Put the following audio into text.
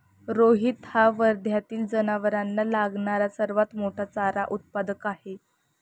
रोहित हा वर्ध्यातील जनावरांना लागणारा सर्वात मोठा चारा उत्पादक आहे